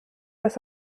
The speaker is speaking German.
dass